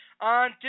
on